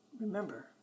remember